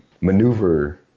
maneuver